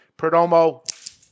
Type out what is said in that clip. Perdomo